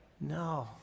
No